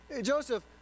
Joseph